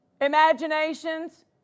imaginations